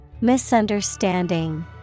Misunderstanding